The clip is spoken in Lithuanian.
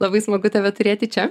labai smagu tave turėti čia